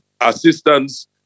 assistance